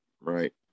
right